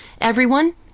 Everyone